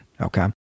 Okay